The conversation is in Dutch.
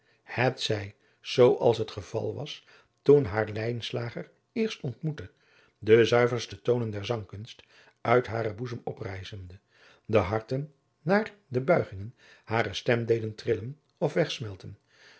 het zij zoo als het geval was toen haar lijnslager eerst ontmoette de zuiverste toonen der zangkunst uit haren boezem oprijzende de harten naar de buigingen harer stem deden trillen of wegsmelten